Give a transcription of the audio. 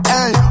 Hey